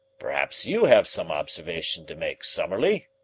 perhaps you have some observation to make, summerlee?